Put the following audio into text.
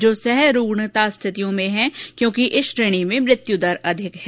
जो सह रुग्णता परिस्थितियों में है क्योंकि इस श्रेणी में मृत्यु दर अधिक है